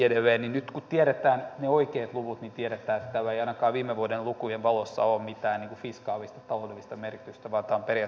nyt kun tiedetään ne oikeat luvut niin tiedetään että tällä ei ainakaan viime vuoden lukujen valossa ole mitään fiskaalista taloudellista merkitystä vaan tämä on periaatteellinen kysymys